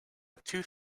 tooth